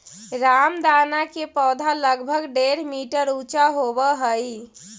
रामदाना के पौधा लगभग डेढ़ मीटर ऊंचा होवऽ हइ